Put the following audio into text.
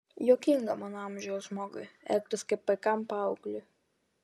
juokinga mano amžiaus žmogui elgtis kaip paikam paaugliui